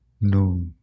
no